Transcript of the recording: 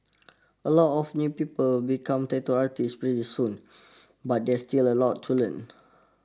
a lot of new people become tattoo artists pretty soon but there's still a lot to learn